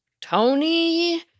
Tony